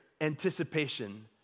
anticipation